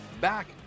back